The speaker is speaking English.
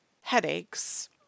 headaches